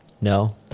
no